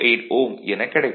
208 Ω எனக் கிடைக்கும்